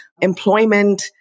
employment